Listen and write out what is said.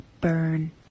burn